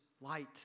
light